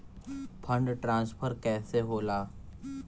Fund transfer कैसे होला?